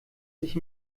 sich